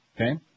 Okay